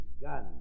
gun